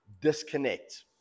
disconnect